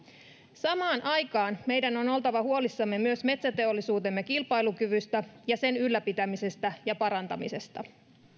samaan aikaan meidän on oltava huolissamme myös metsäteollisuutemme kilpailukyvystä ja sen ylläpitämisestä ja parantamisesta